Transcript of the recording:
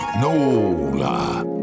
Nola